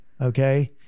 okay